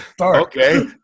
Okay